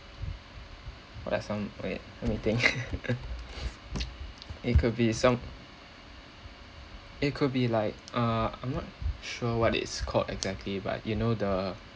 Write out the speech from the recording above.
what are some wait let me think it could be som~ it could be like uh I'm not sure what it's called exactly but you know the